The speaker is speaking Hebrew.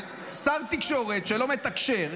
זה שר תקשורת שלא מתקשר,